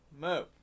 move